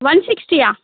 one సిక్స్టీయా